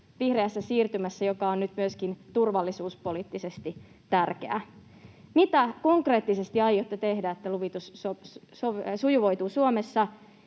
vihreässä siirtymässä, joka on nyt myöskin turvallisuuspoliittisesti tärkeä. Mitä konkreettisesti aiotte tehdä, jotta luvitus sujuvoituu Suomessa?